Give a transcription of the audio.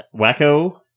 Wacko